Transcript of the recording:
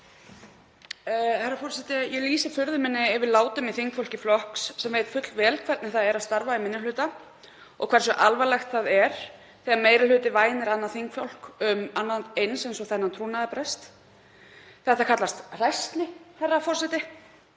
Herra forseti. Ég lýsi furðu minni yfir látum í þingflokki flokks sem veit fullvel hvernig það er að starfa í minni hluta og hversu alvarlegt það er þegar meiri hluti vænir annað þingfólk um annað eins og trúnaðarbrest. Þetta kallast hræsni, herra forseti.